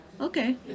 Okay